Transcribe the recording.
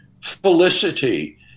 felicity